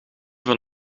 van